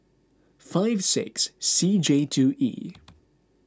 five six C J two E